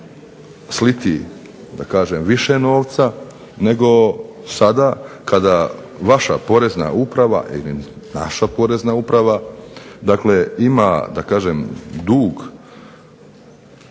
kažem više novca nego sada kada vaša Porezna uprava ili naša Porezna uprava, dakle